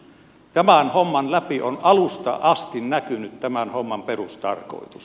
tämän homman läpi on alusta asti näkynyt tämän homman perustarkoitus